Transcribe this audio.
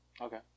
Okay